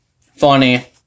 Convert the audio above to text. funny